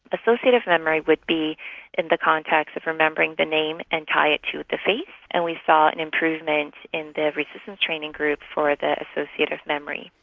associative memory would be in the context of remembering the name and tie it to the face and we saw an and improvement in the resistance training group for the associative memory.